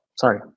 Sorry